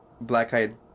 black-eyed